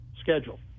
schedule